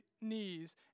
knees